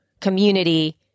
community